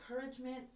encouragement